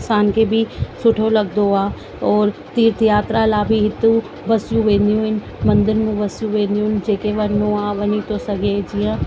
असांखे बि सुठो लॻिदो आहे और तीर्थ यात्रा बि हितु बसूं वेंदियूं आहिनि मंदिर मां बसूं वेंदियूं आहिनि जंहिंखे वञिणो हुजे वञी थो सघे जीअं